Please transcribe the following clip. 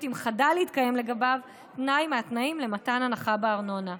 אם חדל להתקיים לגביו תנאי מהתנאים למתן הנחה בארנונה.